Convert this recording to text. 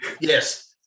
Yes